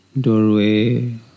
doorway